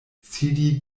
sidi